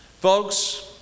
folks